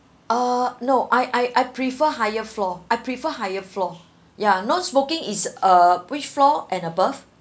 uh no I I I prefer higher floor I prefer higher floor ya no smoking is uh which floor and above